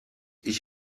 ich